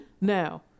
now